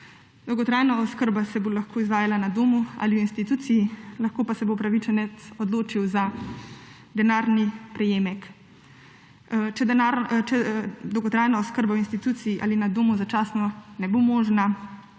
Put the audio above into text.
Dolgotrajna oskrba se bo lahko izvajala na domu ali v instituciji, lahko pa se bo upravičenec odločil za denarni prejemek. Če dolgotrajna oskrba v instituciji ali na domu začasno ne bo možna,